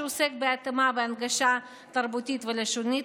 שעוסק בהתאמה והנגשה תרבותית ולשונית,